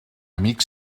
amic